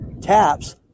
taps